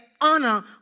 honor